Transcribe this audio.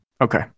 Okay